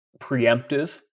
preemptive